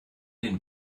den